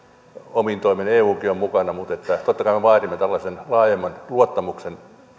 omia toimia eukin on mukana mutta totta kai me vaadimme tällaisen laajemman luottamuksen